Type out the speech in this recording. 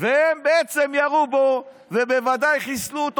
והם בעצם ירו בו ובוודאי חיסלו אותו.